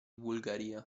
bulgaria